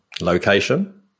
Location